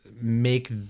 make